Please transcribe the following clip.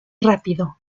rápido